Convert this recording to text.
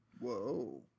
Whoa